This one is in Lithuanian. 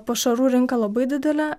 pašarų rinka labai didelė